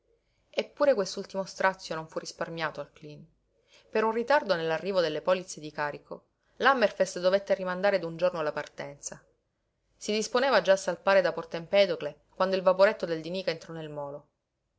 eppure quest'ultimo strazio non fu risparmiato al cleen per un ritardo nell'arrivo delle polizze di carico l'hammerfest dovette rimandare d'un giorno la partenza si disponeva già a salpare da porto empedocle quando il vaporetto del di nica entrò nel molo